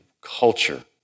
culture